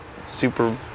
super